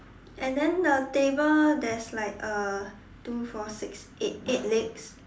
and then the table there is like uh two four six eight eight legs